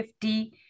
50